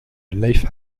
leif